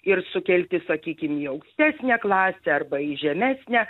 ir sukelti sakykim į aukštesnę klasę arba į žemesnę